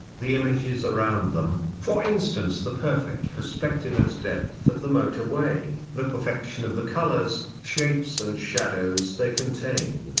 the images around them, for instance the perfect perspective and depth of the motorway, the perfection of the colors, shapes and shadows they contain,